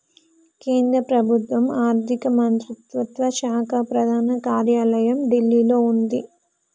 కేంద్ర ప్రభుత్వం ఆర్ధిక మంత్రిత్వ శాఖ ప్రధాన కార్యాలయం ఢిల్లీలో వుంది